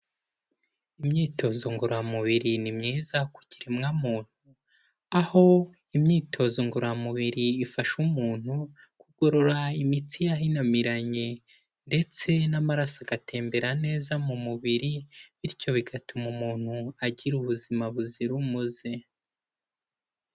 Imyitozo ngororamubiri ni myiza ku kiremwa muntu, aho imyitozo ngororamubiri ifasha umuntu kugorora imitsi yahinamiranye ndetse n'amaraso agatembera neza mu mubiri, bityo bigatuma umuntu agira ubuzima buzira umuze.